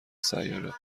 سیاره